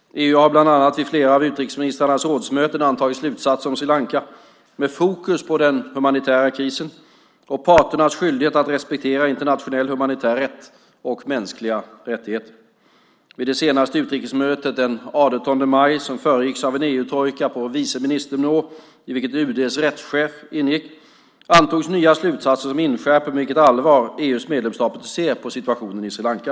EU har bland annat vid flera av utrikesministrarnas rådsmöten antagit slutsatser om Sri Lanka med fokus på den humanitära krisen och parternas skyldighet att respektera internationell humanitär rätt och mänskliga rättigheter. Vid det senaste utrikesministermötet den 18 maj - som föregicks av en EU-trojka på viceministernivå i vilken UD:s rättschef ingick - antogs nya slutsatser som inskärper med vilket allvar EU:s medlemsstater ser på situationen i Sri Lanka.